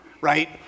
right